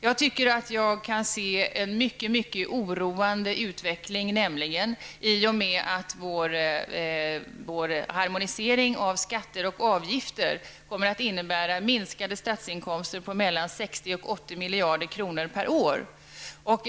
Jag tycker mig nämligen kunna se en mycket oroande utveckling i och med att harmoniseringen av skatter och avgifter kommer att innebära att statens inkomster minskar med mellan 60 och 80 miljarder kronor per år.